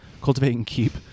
cultivateandkeep